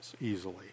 easily